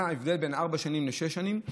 מה ההבדל בין ארבע שנים לשש שנים וחצי?